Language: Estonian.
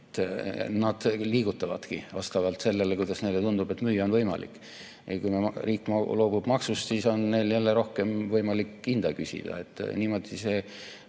Nad liigutavadki neid vastavalt sellele, kas neile tundub, et müüa on võimalik. Kui riik loobub maksust, siis on neil jälle võimalik rohkem hinda küsida.